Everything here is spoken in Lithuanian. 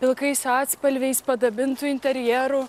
pilkais atspalviais padabintų interjerų